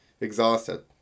exhausted